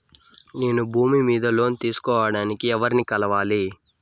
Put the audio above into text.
నేను భూమి మీద లోను తీసుకోడానికి ఎవర్ని కలవాలి?